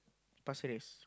Pasir-Ris